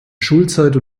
schulzeit